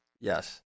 Yes